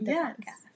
Yes